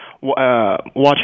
watching